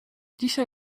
dzisiaj